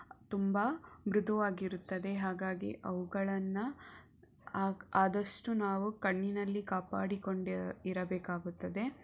ತುಂಬ ಮೃದುವಾಗಿರುತ್ತದೆ ಹಾಗಾಗಿ ಅವುಗಳನ್ನು ಆದಷ್ಟು ನಾವು ಕಣ್ಣಿನಲ್ಲಿ ಕಾಪಾಡಿಕೊಂಡು ಇರಬೇಕಾಗುತ್ತದೆ